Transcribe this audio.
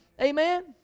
Amen